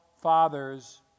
fathers